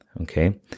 Okay